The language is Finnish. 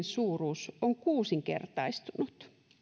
suuruus on kuusinkertaistunut